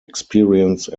experience